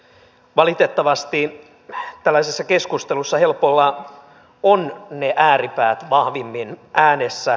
valitettavasti tällaisessa keskustelussa helpolla ovat ne ääripäät vahvimmin äänessä